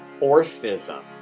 Orphism